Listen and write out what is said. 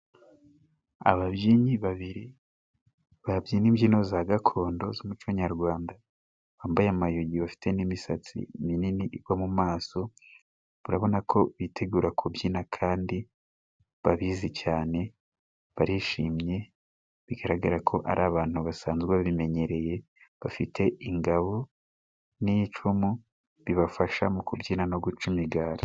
Ababyinnyi babiri babyina imbyino za gakondo z'umuco nyarwanda，bambaye amayugi，bafite n'imisatsi minini igwa mu maso， turabona ko bitegura kubyina kandi babizi cyane， barishimye， bigaragara ko ari abantu basanzwe babimenyereye， bafite ingabo n'icumu bibafasha mu kubyina no guca imigara.